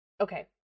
okay